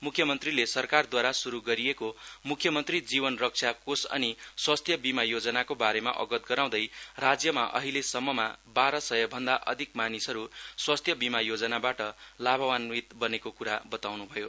म्ख्यमन्त्रीले सरकारद्वारा स्रू गरिएको म्ख्यमन्त्री जीनव रक्षा कोष अनि स्वस्थ्य बीमा योजनाको बारेमा अवगत गराउँदै राज्यमा अहिले सम्ममा बार सय भन्दा अधिक मानिसहरू स्वास्थ्य बीमा योजनाबाट लाभावान्वित बनेको क्रा बताउन्भयो